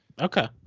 Okay